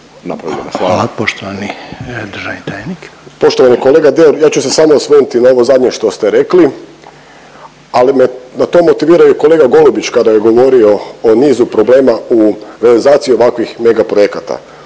sabora. Poštovani državni tajniče